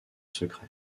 secret